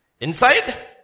Inside